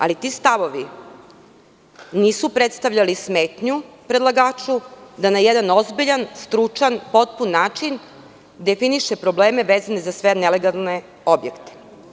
Ali ti stavovi nisu predstavljali smetnju predlagaču da na jedan ozbiljan, stručan, potpun način definiše probleme vezane za sve nelegalne objekte.